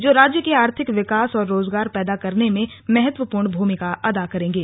जो राज्य के आर्थिक विकास और रोजगार पैदा करने में महत्वपूर्ण भूमिका अदा करेंगे